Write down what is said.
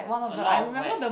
a lot of wax